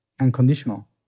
Unconditional